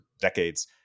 decades